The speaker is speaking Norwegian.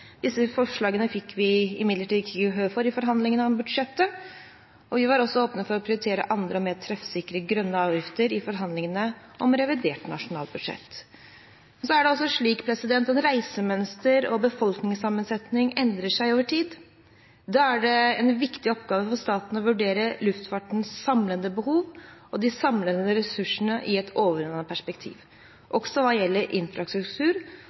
Disse forslagene fikk vi imidlertid ikke gehør for i forhandlingene om budsjettet. Vi var også åpne for å prioritere andre og mer treffsikre grønne avgifter i forhandlingene om revidert nasjonalbudsjett. Så er det altså slik at reisemønster og befolkningssammensetning endrer seg over tid. Da er det en viktig oppgave for staten å vurdere luftfartens samlede behov og de samlede ressursene i et overordnet perspektiv, også hva gjelder infrastruktur